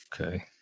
Okay